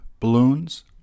Balloons